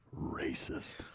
racist